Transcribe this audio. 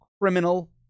criminal